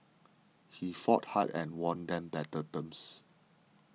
he fought hard and won them better terms